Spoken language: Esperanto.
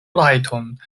rajton